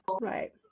Right